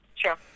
Sure